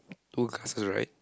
two cars to the right